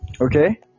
okay